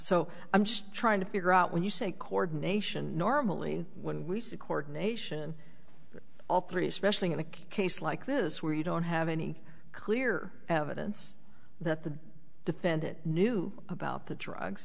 so i'm just trying to figure out when you say coordination normally when we see court nation all three especially in a case like this where you don't have any clear evidence that the defendant knew about the drugs